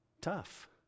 tough